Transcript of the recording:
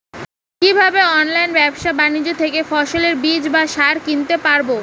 কীভাবে অনলাইন ব্যাবসা বাণিজ্য থেকে ফসলের বীজ বা সার কিনতে পারবো?